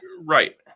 Right